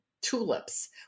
Tulips